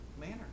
manner